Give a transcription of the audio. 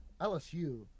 LSU